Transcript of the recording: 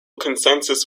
consensus